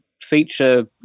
feature